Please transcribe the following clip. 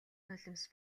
нулимс